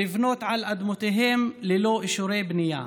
לבנות על אדמותיהם ללא אישורי בנייה,